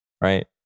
right